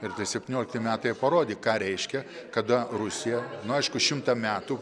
ir tie septyniolikti metai parodė ką reiškia kada rusija aišku šimtą metų